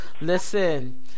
listen